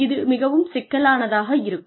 இது மிகவும் சிக்கலானதாக இருக்கும்